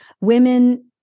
women